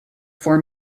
four